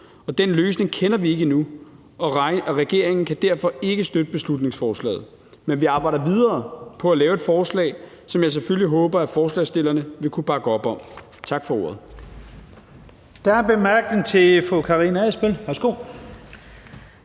den løsning kender vi ikke endnu, og regeringen kan derfor ikke støtte beslutningsforslaget, men vi arbejder videre på at lave et forslag, som jeg selvfølgelig håber at forslagsstillerne vil kunne bakke op om. Tak for ordet.